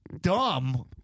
Dumb